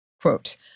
Quote